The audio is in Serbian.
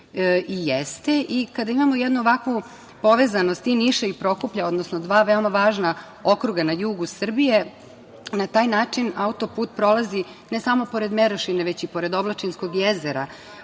i jeste i kada imamo jednu ovakvu povezanost i Niša i Prokuplja, odnosno dva veoma važna okruga na jugu Srbije na taj način autoput prolazi ne samo pored Merošine, već i pored Oblačinskog jezera.